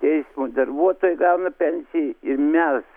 teismo darbuotojai gauna pensiją ir mes